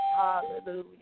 Hallelujah